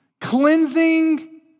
cleansing